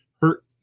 hurt